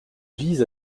vise